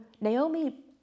Naomi